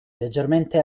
leggermente